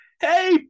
Hey